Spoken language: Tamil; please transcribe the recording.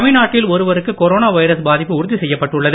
தமிழ்நாட்டில் ஒருவருக்கு கொரோனா வைரஸ் பாதிப்பு உறுதி செய்யப்பட்டுள்ளது